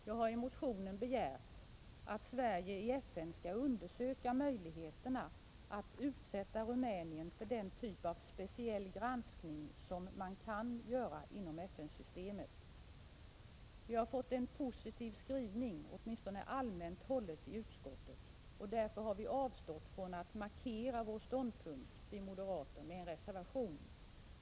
Jag har i motionen begärt att Sverige i FN skall undersöka möjligheterna att utsätta Rumänien för den typ av speciell granskning som man kan göra inom FN-systemet. Motionen har fått en positiv skrivning, åtminstone allmänt hållen, i utskottet. Därför har vi moderater avstått från att markera vår ståndpunkt med en reservation.